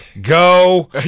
go